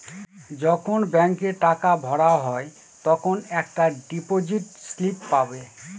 যখন ব্যাঙ্কে টাকা ভরা হয় তখন একটা ডিপোজিট স্লিপ পাবে